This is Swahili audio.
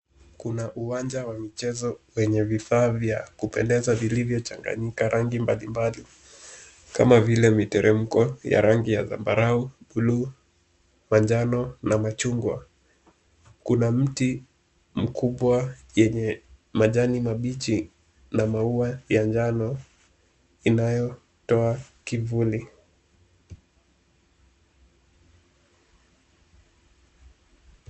Kuna uwanja wa michezo wenye vifaa vya kupendeza vilivyochanganyika rangi mbali mbali kama vile miteremko ya rangi ya zambarau, buluu, manjano na machungwa. Kuna mti mkubwa yenye majani mabichi na maua ya njano inayotoa kivuli.